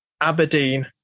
Aberdeen